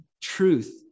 truth